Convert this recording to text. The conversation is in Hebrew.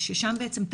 שם בעצם,